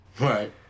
Right